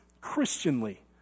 Christianly